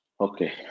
okay